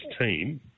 team